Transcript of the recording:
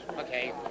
Okay